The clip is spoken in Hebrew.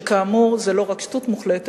שכאמור זה לא רק שטות מוחלטת,